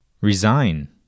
Resign